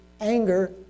anger